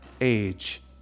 age